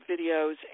videos